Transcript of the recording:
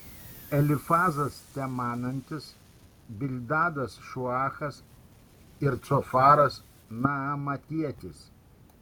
elifazas temanantis bildadas šuachas ir cofaras naamatietis